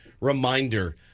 reminder